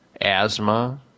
asthma